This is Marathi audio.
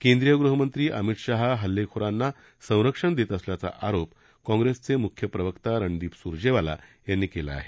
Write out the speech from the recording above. केंद्रीय गृहमंत्री अमित शहा हल्लेखोरांना संरक्षण देत असल्याचा आरोप काँग्रेसचे मुख्य प्रवक्ता रणदीप सुरजेवाला यांनी केला आहे